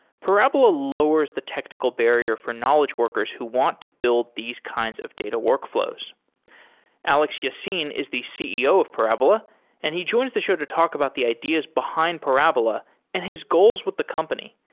parabola lowers the technical barrier for knowledge workers who want to build these kinds of data workflows alex yaseen is the ceo of parabola and he joins the show to talk about the ideas behind parabola and his goals with the company.